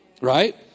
Right